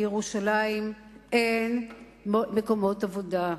בירושלים אין מקומות עבודה,